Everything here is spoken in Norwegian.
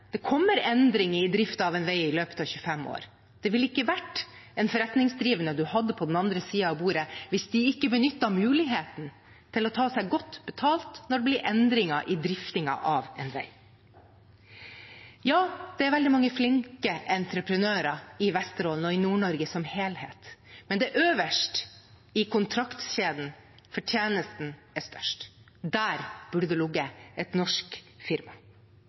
Det kommer endring i drift av en vei i løpet av 25 år. Det ville ikke vært en forretningsdrivende man hadde på den andre siden av bordet hvis de ikke benyttet muligheten til å ta seg godt betalt når det blir endringer i driftingen av en vei. Ja, det er veldig mange flinke entreprenører i Vesterålen og i Nord-Norge som helhet. Men det er øverst i kontraktskjeden fortjenesten er størst. Der burde det ligget et norsk firma.